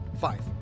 Five